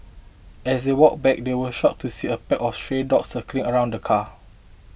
as they walked back they were shocked to see a pack of stray dogs circling around the car